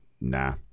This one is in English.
Nah